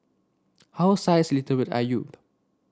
how science literate are you